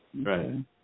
Right